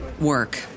work